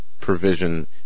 provision